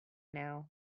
now